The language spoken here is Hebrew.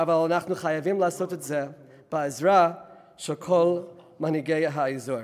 אבל אנחנו חייבים לעשות את זה בעזרתם של כל מנהיגי האזור.